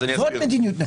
זאת מדיניות נכונה.